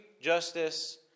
justice